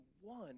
one